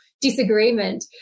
disagreement